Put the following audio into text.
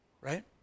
right